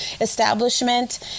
establishment